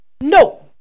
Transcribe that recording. No